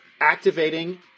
Activating